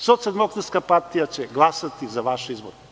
Socijaldemokratska partija će glasati za vaš izbor.